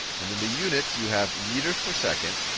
and then the units you have meters per second.